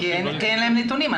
כי אין להם נתונים.